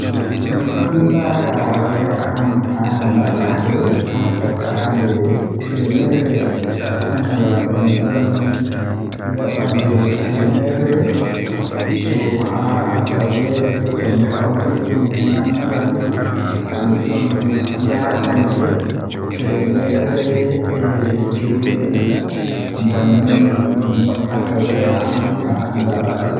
Midon laara waya am haa nyande kasata nde temmere haa nyalande midon yaaba nde temerre soo haa asaweere tomi hawri dun nangan midon yaaba nde temerre jweedidi bannin mi nyo'ata waya am hana nyalande.